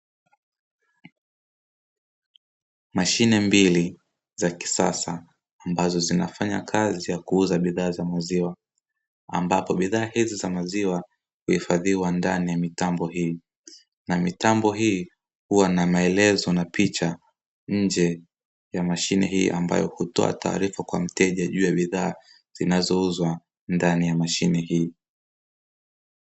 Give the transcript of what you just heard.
Mashine mbili za kisasa ambazo zinafanya kazi ya kuuza bidhaa za maziwa ambapo bidhaa hizo za maziwa huifadhiwa ndani ya mitambo hii, na mitambo hii hua na maelezo na picha nje ya mashine hiyo ambayo hutoa taarifa kwa mteja juu ya bidhaa zinazouzwa ndani ya mashine hiyo.